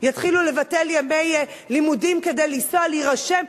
יתחילו לבטל ימי לימודים כדי לנסוע להירשם?